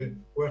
חשבוניות,